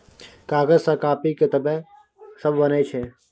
कागज सँ कांपी किताब सब बनै छै